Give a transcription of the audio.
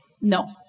no